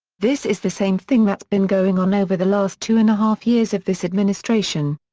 this is the same thing that's been going on over the last two-and-a-half years of this administration.